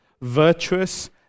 virtuous